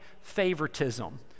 favoritism